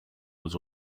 was